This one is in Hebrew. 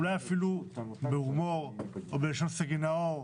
אולי אפילו בהומור או בלשון סגי נהור.